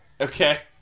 Okay